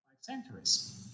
centuries